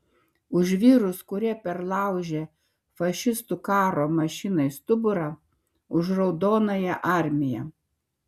už vyrus kurie perlaužė fašistų karo mašinai stuburą už raudonąją armiją